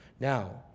Now